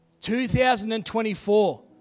2024